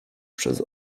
przez